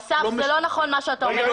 אסף זה לא נכון מה שאתה אומר,